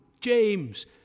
James